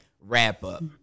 wrap-up